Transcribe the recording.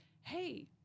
hey